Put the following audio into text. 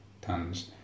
tons